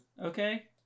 okay